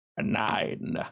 Nine